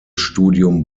studium